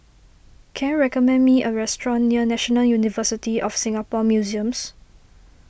can you recommend me a restaurant near National University of Singapore Museums